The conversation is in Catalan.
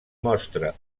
mostra